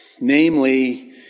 Namely